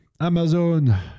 amazon